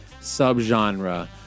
subgenre